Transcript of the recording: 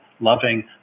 loving